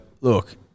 look